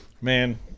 Man